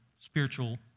spiritual